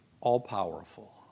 all-powerful